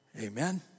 Amen